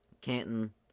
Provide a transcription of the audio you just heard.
Canton